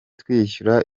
twishyura